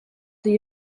the